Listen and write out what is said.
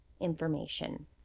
information